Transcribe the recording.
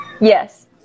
Yes